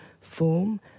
form